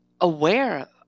aware